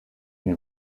denn